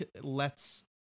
lets